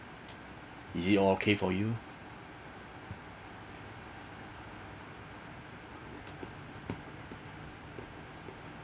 is it okay for you